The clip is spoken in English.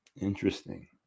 Interesting